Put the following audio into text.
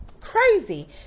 crazy